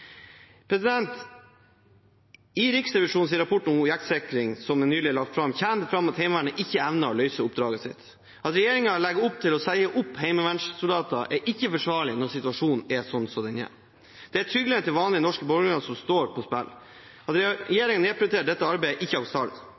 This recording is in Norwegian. I Riksrevisjonens rapport om objektsikring, som nylig er lagt fram, kommer det fram at Heimevernet ikke evner å løse oppdraget sitt. At regjeringen legger opp til å si opp heimevernssoldater, er ikke forsvarlig når situasjonen er slik som den er. Det er tryggheten til vanlige norske borgere som står på spill. At regjeringen nedprioriterer dette arbeidet, er ikke akseptabelt.